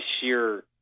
sheer